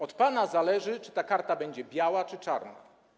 Od pana zależy, czy ta karta będzie biała, czy czarna.